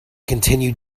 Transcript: continue